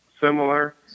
similar